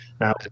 Now